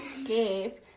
escape